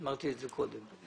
אמרתי את זה קודם.